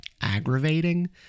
aggravating